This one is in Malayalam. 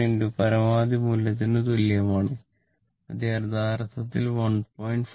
707 പരമാവധി മൂല്യത്തിന് തുല്യമാണ് അത് യഥാർത്ഥത്തിൽ 1